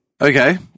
Okay